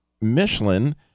Michelin